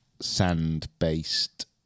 Sand-based